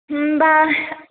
होमबा